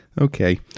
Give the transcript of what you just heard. Okay